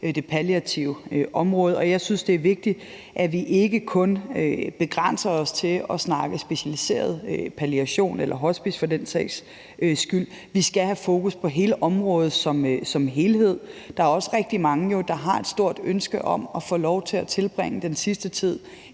det palliative område, og jeg synes, det er vigtigt, at vi ikke kun begrænser os til at snakke specialiseret palliation eller hospice for den sags skyld, men at vi skal have fokus på hele området som helhed. Der er jo også rigtig mange, der har et stort ønske om at få lov til at tilbringe den sidste tid